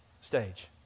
stage